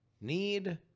need